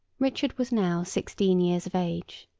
richard was now sixteen years of age,